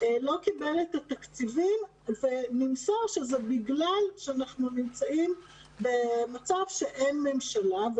לא קיבל את התקציבים ונמסר שזה בגלל שאנחנו נמצאים במצב שאין ממשלה.